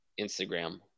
Instagram